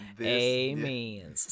Amen